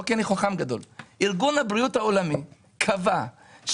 לא כי אני חכם גדול אלא ארגון הבריאות העולמי קבע שהדרך